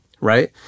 right